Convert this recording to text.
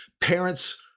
parents